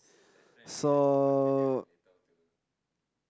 so